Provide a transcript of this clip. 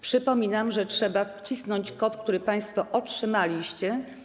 Przypominam, że trzeba wcisnąć kod, który państwo otrzymaliście.